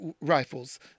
rifles